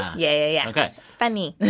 yeah, yeah, yeah. funny